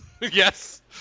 yes